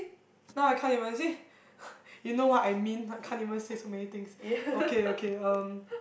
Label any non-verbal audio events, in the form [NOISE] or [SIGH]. now I can't even you see [BREATH] you know what I mean can't even say so many things okay okay um